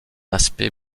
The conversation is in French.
aspect